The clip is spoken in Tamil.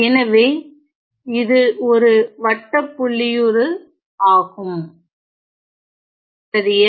எனவே இது ஒரு வட்டப்புள்ளியுரு ஆகும் சரியா